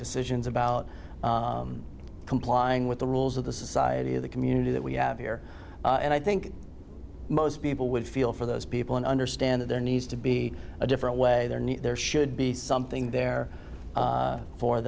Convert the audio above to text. decisions about complying with the rules of the society of the community that we have here and i think most people would feel for those people and understand that there needs to be a different way there knew there should be something there